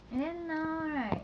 and then now right